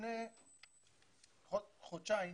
לפני חודשיים